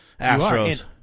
Astros